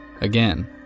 Again